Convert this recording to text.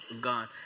God